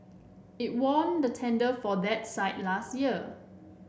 it won the tender for that site last year